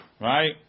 right